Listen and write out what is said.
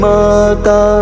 Mata